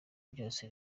byose